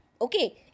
Okay